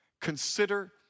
Consider